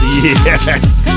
yes